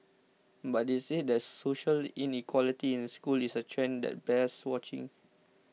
but they said that social inequality in schools is a trend that bears watching